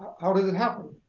how does it happen?